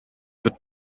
wird